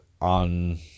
on